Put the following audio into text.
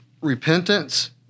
repentance